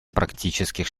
практических